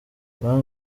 banki